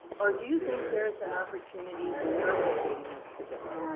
or do you think there's an opportunity in replicating it today?